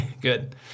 Good